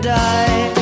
die